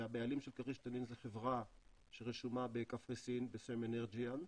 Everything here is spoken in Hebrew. והבעלים של כריש תנין זו חברה שרשומה בקפריסין בשם אנרג'יאן.